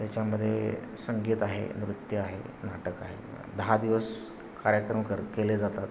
त्याच्यामध्ये संगीत आहे नृत्य आहे नाटक आहे दहा दिवस कार्यक्रम कर केले जातात